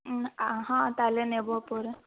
হ্যাঁ তাহলে নেব পরে